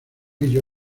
ello